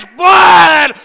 blood